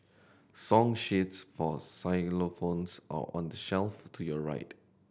song sheets for xylophones are on the shelf to your right